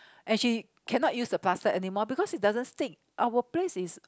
and she cannot use the plaster anymore because it doesn't stick our place is